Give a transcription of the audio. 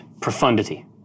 profundity